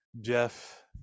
Jeff